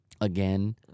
again